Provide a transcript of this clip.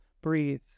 breathe